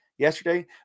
Yesterday